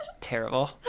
Terrible